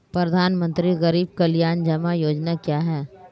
प्रधानमंत्री गरीब कल्याण जमा योजना क्या है?